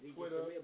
Twitter